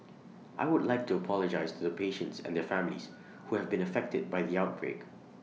I would like to apologise to the patients and their families who have been affected by the outbreak